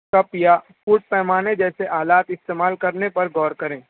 cup یا food پیمانہ جیسے آلات استعمال کرنے پرغور کریں